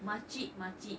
makcik makcik